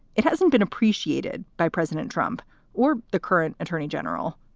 it hasn't been appreciated by president trump or the current attorney general.